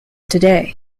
today